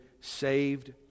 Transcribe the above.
saved